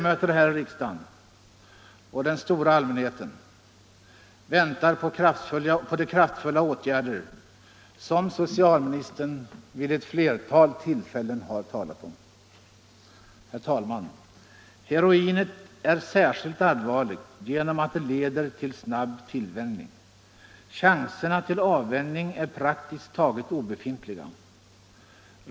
Många riksdagsledamöter och den stora allmänheten väntar på de kraftfulla åtgärder som socialministern vid ett flertal tillfällen har talat om. Herr talman! Heroinet är särskilt allvarligt genom att det leder till snabb tillvänjning. Chanserna till avvänjning är praktiskt taget obefintliga.